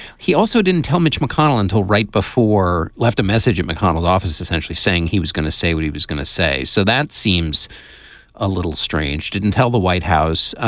he also didn't tell mitch mcconnell until right before left a message at mcconnell's office, essentially saying he was going to say what he was going to say. so that seems a little strange. didn't tell the white house.